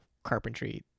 carpentry